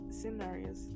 scenarios